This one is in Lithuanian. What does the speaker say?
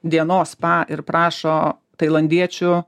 dienos spa ir prašo tailandiečių